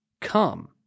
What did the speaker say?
Come